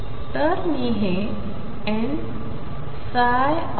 तर मी हे n l